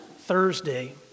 Thursday